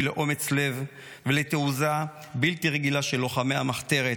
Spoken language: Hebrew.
לאומץ לב ולתעוזה בלתי רגילה של לוחמי המחתרת,